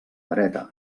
dreta